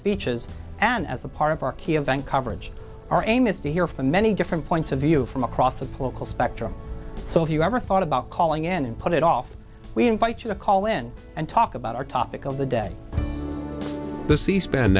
speeches and as a part of our key event coverage our aim is to hear from many different points of view from across the political spectrum so if you ever thought about calling in and put it off we invite you to call in and talk about our topic of the day the c span